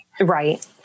Right